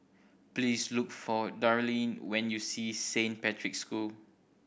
please look for Darlyne when you see Saint Patrick's School